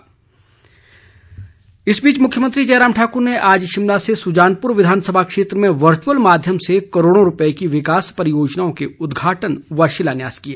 जयराम मुख्यमंत्री जयराम ठाकुर ने आज शिमला से सुजानपुर विधानसभा क्षेत्र में वर्चुअल माध्यम से करोड़ों रूपए की विकास परियोजनाओं के उद्घाटन व शिलान्यास किए